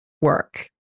work